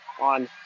on